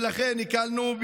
ולכן הקלנו,